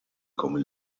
come